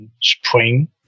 spring